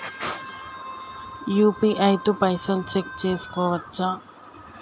UPI తో పైసల్ check చేసుకోవచ్చా?